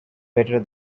better